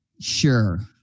Sure